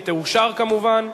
אם תאושר כמובן.